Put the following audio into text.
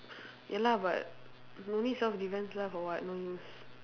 ya lah but no need self-defence lah for what no use